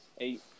Eight